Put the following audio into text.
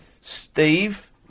Steve